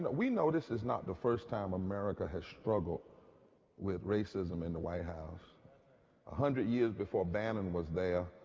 but we know this is not the first time america has struggled with racism in the white house. one hundred years before bannon was there,